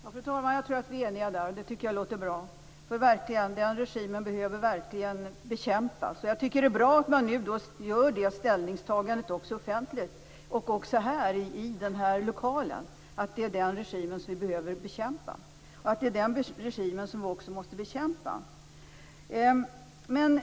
Fru talman! Jag tror att vi är eniga där, och det låter bra. Den regimen behöver verkligen bekämpas. Det är bra att man nu gör det ställningstagandet offentligt, också i den här lokalen, att det är den regimen som vi måste bekämpa.